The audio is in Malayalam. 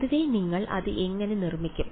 പൊതുവേ നിങ്ങൾ അത് എങ്ങനെ നിർമ്മിക്കും